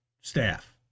staff